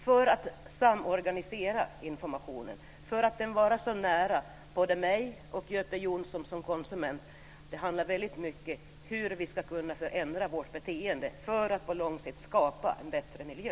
För att samorganisera informationen så att den kommer så nära både mig och Göte Jonsson som konsumenter handlar det väldigt mycket om hur vi kan ändra vårt beteende för att på lång sikt skapa en bättre miljö.